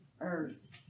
earth